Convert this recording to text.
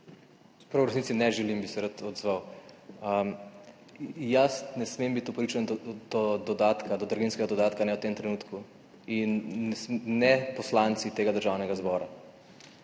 Čeprav v resnici ne želim, bi se rad odzval. Jaz ne smem biti upravičen do draginjskega dodatka v tem trenutku, in ne poslanci tega Državnega zbora,